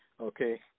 Okay